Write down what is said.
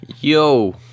yo